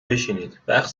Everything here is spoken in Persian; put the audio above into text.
بشینین، وقت